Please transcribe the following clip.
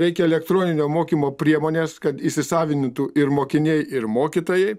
reikia elektroninio mokymo priemonės kad įsisavintų ir mokiniai ir mokytojai